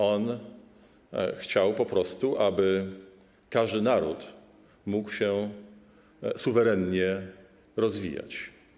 On chciał po prostu, aby każdy naród mógł się suwerennie rozwijać.